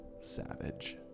Savage